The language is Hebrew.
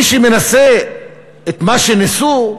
מי שמנסה את מה שניסו,